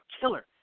killer